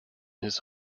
his